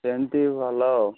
ସେମିତି ଭଲ ଆଉ